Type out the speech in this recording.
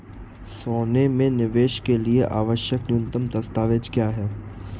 सोने में निवेश के लिए आवश्यक न्यूनतम दस्तावेज़ क्या हैं?